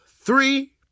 three